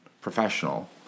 professional